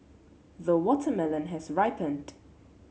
the watermelon has ripened